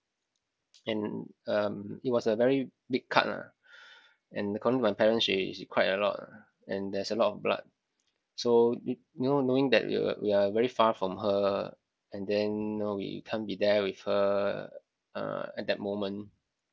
and um it was a very big cut lah and according to my parents she she cried a lot lah and there's a lot of blood so yo~ you know knowing that we were we are very far from her and then know we can't be there with her uh at that moment